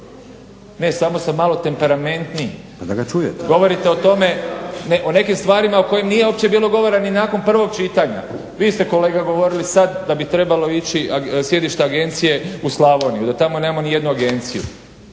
Pa da ga čujete./… Govorite o tome, o nekim stvarima o kojim uopće nije bilo govora ni nakon prvog čitanja. Vi ste kolega govorili sad da bi trebalo ići sjedište agencije u Slavoniju, da tamo nemamo ni jednu agenciju.